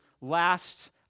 last